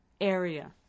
area